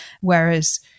Whereas